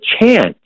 chance